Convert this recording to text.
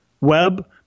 web